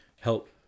help